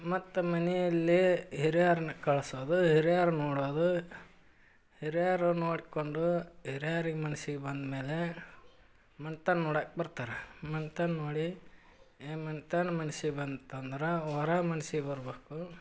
ಮತ್ತು ಮನೆಯಲ್ಲೇ ಹಿರಿಯರ್ನ ಕಳ್ಸೋದು ಹಿರಿಯರು ನೋಡೋದು ಹಿರಿಯರು ನೋಡಿಕೊಂಡು ಹಿರಿಯರಿಗೆ ಮನ್ಸಿಗೆ ಬಂದಮೇಲೆ ಮನ್ತನ ನೋಡಕ ಬರ್ತಾರೆ ಮನ್ತನ ನೋಡಿ ಈ ಮನ್ತನ ಮನ್ಸಿಗೆ ಬಂತಂದ್ರೆ ವರ ಮನ್ಸಿಗೆ ಬರಬೇಕು